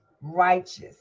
Righteous